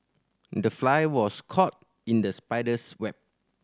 the fly was caught in the spider's web